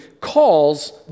calls